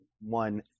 One